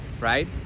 right